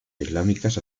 islámicas